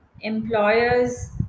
employers